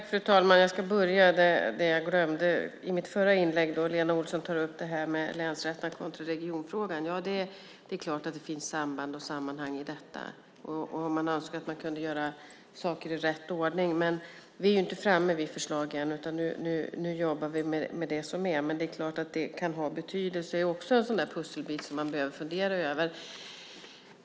Fru talman! Jag ska börja med det som jag glömde i mitt förra inlägg. Lena Olsson tog upp länsrätterna kontra regionfrågan. Det är klart att det finns samband och sammanhang i det. Man önskar att man kunde göra saker i rätt ordning. Vi är inte framme med något förslag ännu, utan vi jobbar med det som är. Det kan naturligtvis ha betydelse. Det är också en pusselbit som man behöver fundera över.